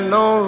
no